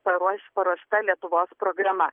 paruoš paruošta lietuvos programa